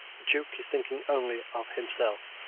the duke is thinking only of himself.